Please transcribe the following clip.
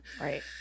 Right